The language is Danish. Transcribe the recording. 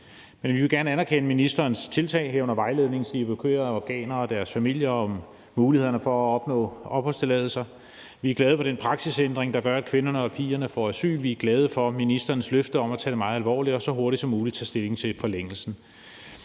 Men vi vil gerne anerkende ministerens tiltag, herunder vejledningen til de evakuerede afghanere og deres familier om mulighederne for at opnå opholdstilladelser. Vi er glade for den praksisændring, der gør, at kvinderne og pigerne får asyl, og vi er glade for ministerens løfte om at tage det meget alvorligt og så hurtigt som muligt tage stilling til forlængelsen.